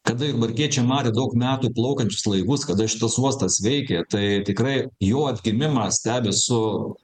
kada jurbarkiečiai matė daug metų plaukiančius laivus kada šitas uostas veikė tai tikrai jo atgimimą stebi su